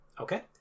Okay